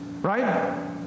Right